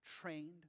trained